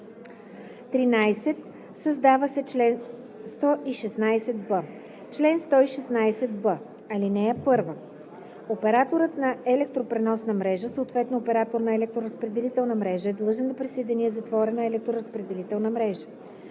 13. Създава се чл. 116б: „Чл. 116б. (1) Операторът на електропреносната мрежа, съответно оператор на електроразпределителна мрежа, е длъжен да присъедини затворена електроразпределителна мрежа.